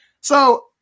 So-